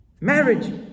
Marriage